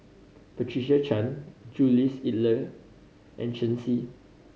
Patricia Chan Jules Itier and Shen Xi